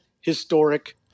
historic